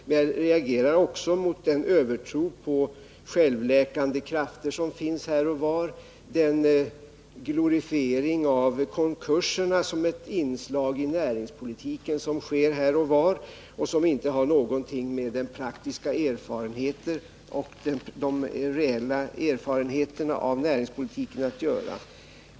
Men jag reagerar också mot den övertro på självläkande krafter som här och var, den glorifiering av konkurserna som ett inslag i näringspolitiken som sker här och var och som inte har någonting med de praktiska eller reella erfarenheterna av näringspolitiken att göra.